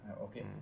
okay